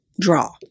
draw